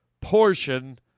portion